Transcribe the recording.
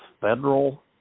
federal